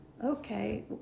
okay